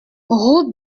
route